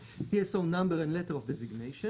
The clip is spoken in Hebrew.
(TSO number and letter of designation);